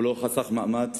הוא לא חסך מאמץ